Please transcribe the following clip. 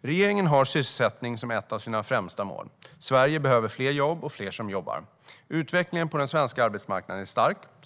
Regeringen har sysselsättning som ett av sina främsta mål. Sverige behöver fler jobb och fler som jobbar. Utvecklingen på den svenska arbetsmarknaden är stark.